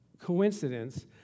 coincidence